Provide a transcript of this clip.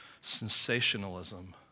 sensationalism